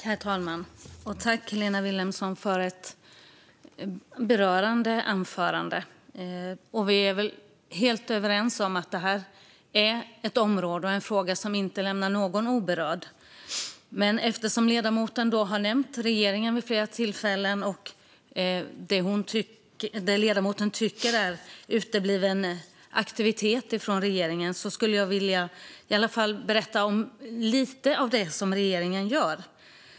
Herr talman! Jag tackar Helena Vilhelmsson för ett berörande anförande. Vi är helt överens om att det här är ett område och en fråga som inte lämnar någon oberörd. Eftersom ledamoten vid flera tillfällen har nämnt regeringen och det ledamoten tycker är utebliven aktivitet från regeringen skulle jag vilja berätta om lite av det som regeringen gör.